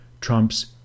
trumps